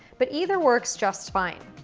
but either works just fine.